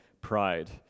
pride